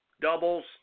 doubles